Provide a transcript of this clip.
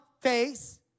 face